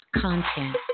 content